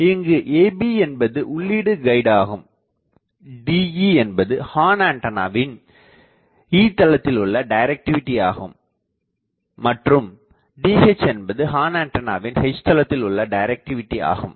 இங்கு ab என்பது உள்ளீடு கைடு DE என்பது ஹார்ன் ஆண்டனாவின் E தளத்தில் உள்ள டிரக்டிவிடி மற்றும் DH என்பது ஹார்ன் ஆண்டனாவின் H தளத்தில் உள்ள டிரக்டிவிடி ஆகும்